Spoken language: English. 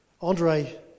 Andre